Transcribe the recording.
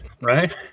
right